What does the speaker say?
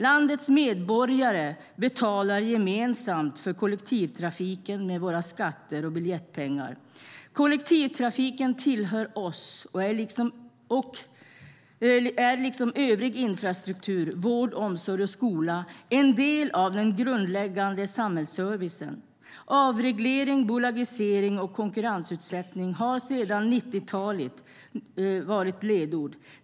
Landets medborgare betalar gemensamt för kollektivtrafiken med skatter och biljettpengar. Kollektivtrafiken tillhör oss och är liksom övrig infrastruktur, vård, omsorg och skola en del av den grundläggande samhällsservicen. Avreglering, bolagisering och konkurrensutsättning har sedan 90-talet varit ledord.